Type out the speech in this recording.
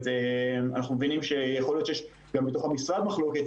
אנחנו מבינים שיכול להיות שגם בתוך המשרד יש מחלוקת,